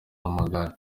w’amagare